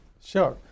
Sure